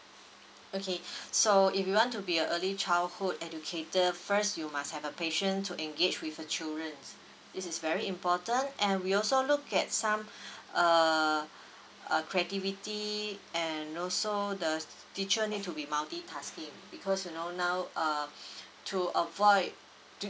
okay so if you want to be an early childhood educator first you must have a patience to engage with the children this is very important and we also look at some uh uh creativity and also the teacher need to be multi tasking because you know now uh to avoid